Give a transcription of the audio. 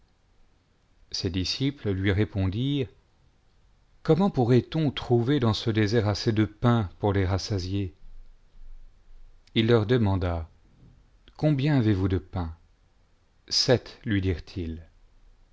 ses disciples lui répondirent gomment pourrait on trouver dans ce désert assez de pain pour les rassasier il leur demanda combien avez-vous de pains sept lui dirent-ils